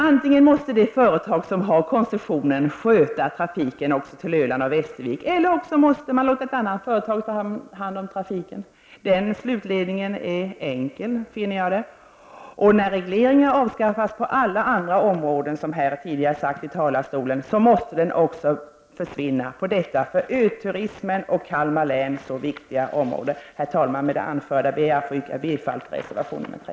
Antingen måste det företag som har koncessionen sköta trafiken också till Öland och Västervik, eller också måste man låta ett annat företag ta hand om trafiken. Slutledningen är enkel. När regleringar avskaffas på alla andra områden, som tidigare sagts, måste den också försvinna på detta för öturismen och Kalmar län så viktiga område. Herr talman! Med det anförda ber jag att få yrka bifall till reservation 3.